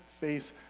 face